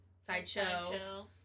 sideshow